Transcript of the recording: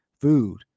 food